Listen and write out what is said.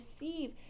receive